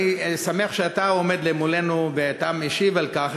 אני שמח שאתה עומד מולנו ואתה משיב על כך,